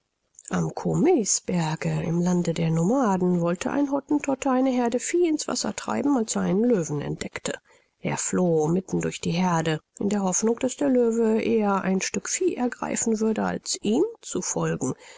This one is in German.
am kohmiesberge im lande der nomaden wollte ein hottentotte eine heerde vieh in's wasser treiben als er einen löwen entdeckte er floh mitten durch die heerde in der hoffnung daß der löwe eher ein stück vieh ergreifen würde als ihm zu folgen